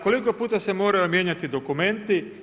Koliko puta se moraju mijenjati dokumenti?